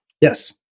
Yes